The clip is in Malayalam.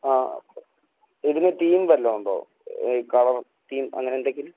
ആ ഇതിന് തീം വല്ലതും ഉണ്ടോ ഈ കളർ തീം അങ്ങനെ എന്തെങ്കിലും